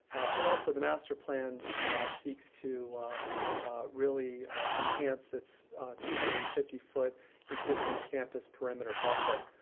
and, also, the master plan seeks to really enhance its two hundred and fifty foot existing campus perimeter buffer,